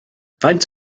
faint